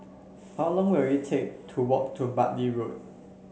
how long will it take to walk to Bartley Road